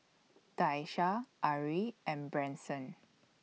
Daisha Arie and Branson